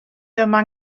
dyma